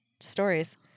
stories